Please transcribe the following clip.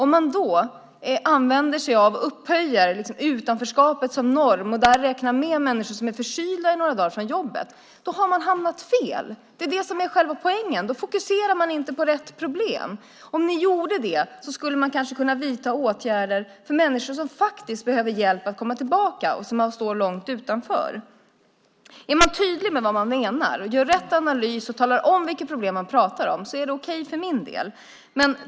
Om man då upphöjer utanförskapet till norm och räknar in människor som är borta från jobbet några dagar för förkylning har man hamnat fel. Det är själva poängen. Man fokuserar inte på rätt problem. Om ni gjorde det skulle man kanske kunna vidta åtgärder för människor som behöver hjälp att komma tillbaka och som står långt utanför. Om man är tydlig med vad man menar, gör rätt analys och talar om vilka problem man pratar om är det okej för min del.